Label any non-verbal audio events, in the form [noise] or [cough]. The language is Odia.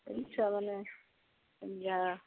[unintelligible] ଛୁଆମାନେ